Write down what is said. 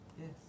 Yes